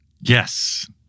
Yes